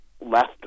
left